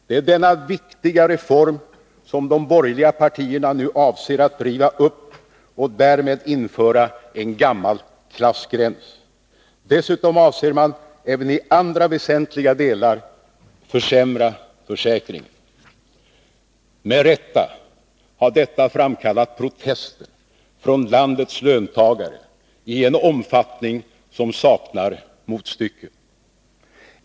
Det är denna viktiga reform som de borgerliga partierna nu avser att riva upp och därmed införa en gammal klassgräns. Dessutom avser man att även i andra väsentliga delar försämra försäkringen. Med rätta har detta framkallat protester från landets löntagare i en omfattning som saknar motstycke.